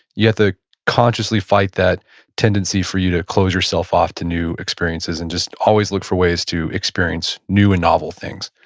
you have to consciously fight that tendency for you to close yourself off to new experiences and just always look for ways to experience new and novel things.